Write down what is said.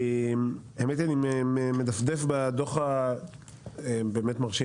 האמת היא, אני מדפדף בדוח הבאמת מרשים